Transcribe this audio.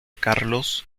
carlos